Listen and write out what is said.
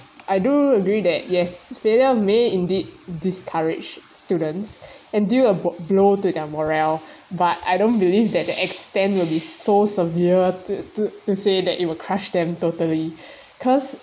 I do agree that yes failure may indeed discourage students and deal a blow to their morale but I don't believe that the extent will be so severe to to to say that it will crush them totally cause